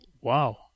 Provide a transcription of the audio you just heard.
wow